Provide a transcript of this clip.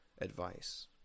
advice